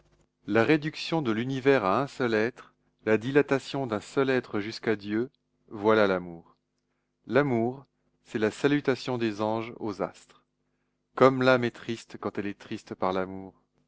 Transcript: la réduction de l'univers à un seul être la dilatation d'un seul être jusqu'à dieu voilà l'amour l'amour c'est la salutation des anges aux astres comme l'âme est triste quand elle est triste par l'amour